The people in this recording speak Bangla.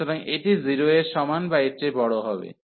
সুতরাং এটি 0 এর সমান বা এর চেয়ে বড় হবে